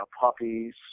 puppies